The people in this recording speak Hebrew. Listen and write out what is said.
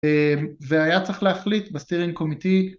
והיה צריך להחליט בסטירינג קומיטי